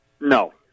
No